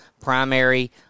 primary